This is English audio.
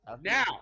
Now